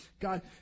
God